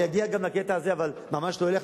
אני אגיע גם לקטע הזה, אבל ממש לא אליך.